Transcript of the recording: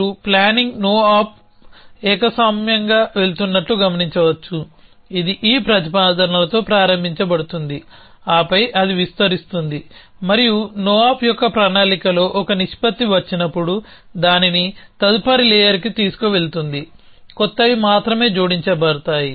మీరు planning no op ఏకస్వామ్యంగా వెళుతున్నట్లు గమనించవచ్చు ఇది ఈ ప్రతిపాదనలతో ప్రారంభించబడుతుంది ఆపై అది విస్తరిస్తుంది మరియు నో ఆప్ యొక్క ప్రణాళికలో ఒక నిష్పత్తి వచ్చినప్పుడు దానిని తదుపరి లేయర్కి తీసుకు వెళుతుంది కొత్తవి మాత్రమే జోడించబడతాయి